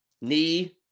knee